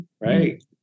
right